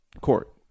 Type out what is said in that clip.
court